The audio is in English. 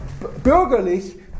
bürgerlich